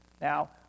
Now